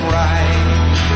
right